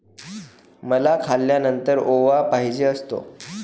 मला खाल्यानंतर ओवा पाहिजे असतो